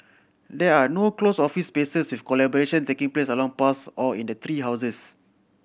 there are no closed office spaces with collaboration taking place along paths or in tree houses